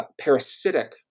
parasitic